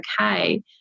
okay